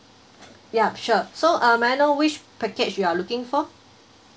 yup sure so uh may I know which package you are looking for